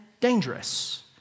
dangerous